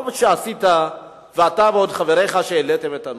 טוב שאתה וחבריך העליתם את הנושא.